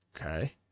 Okay